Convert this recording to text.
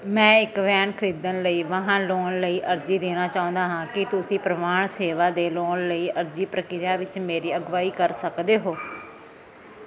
ਮੈਂ ਇੱਕ ਵੈਨ ਖਰੀਦਣ ਲਈ ਵਾਹਨ ਲੋਨ ਲਈ ਅਰਜ਼ੀ ਦੇਣਾ ਚਾਹੁੰਦਾ ਹਾਂ ਕੀ ਤੁਸੀਂ ਪਰਿਵਾਹਨ ਸੇਵਾ ਦੇ ਲੋਨ ਅਰਜ਼ੀ ਪ੍ਰਕਿਰਿਆ ਵਿੱਚ ਮੇਰੀ ਅਗਵਾਈ ਕਰ ਸਕਦੇ ਹੋ